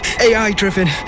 AI-driven